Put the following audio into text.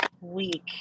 week